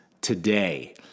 today